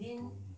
he told me